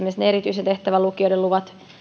ne erityisen tehtävän lukioiden luvat